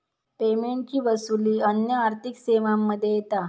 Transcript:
पेमेंटची वसूली अन्य आर्थिक सेवांमध्ये येता